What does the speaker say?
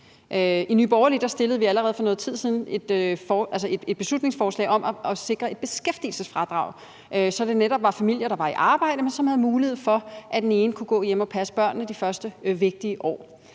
I Nye Borgerlige fremsatte vi allerede for noget tid siden et beslutningsforslag om at sikre et beskæftigelsesfradrag, så det netop var familier, der var i arbejde, men at de havde mulighed for, at den ene kunne gå hjemme og passe børnene de første vigtige år.